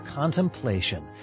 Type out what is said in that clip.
contemplation